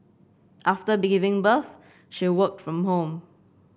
after giving birth she worked from home